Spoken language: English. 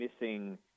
missing